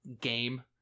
game